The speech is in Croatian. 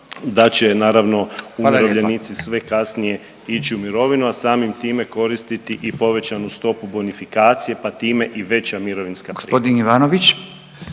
Hvala lijepa/…sve kasnije ići u mirovinu, a samim time koristiti i povećanu stopu bonifikacije, pa time i veća mirovinska